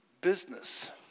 business